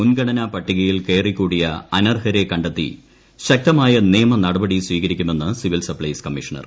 മുൻഗണനാ പട്ടികയിൽ കയറിക്കൂടിയ അനർഹരെ കണ്ടെത്തി ശക്തമായ നിയമ നടപടി സ്വീകരിക്കുമെന്ന് സിവിൽ സപ്ലൈസ് കമ്മീഷണർ